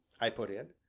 i put in.